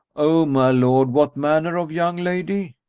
o my lord, what manner of young lady?